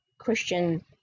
Christian